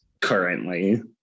currently